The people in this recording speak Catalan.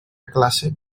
classe